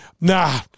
nah